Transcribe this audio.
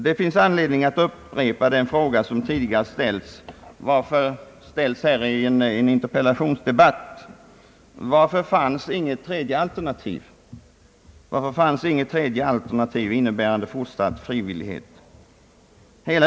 Det finns anledning att upprepa den fråga som tidigare ställts i en interpellationsdebatt: Varför fanns inget tredje alternativ därvidlag, innebärande fortsatt frivillighet?